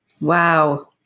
Wow